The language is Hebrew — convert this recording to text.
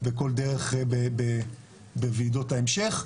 בכל דרך בוועידות ההמשך.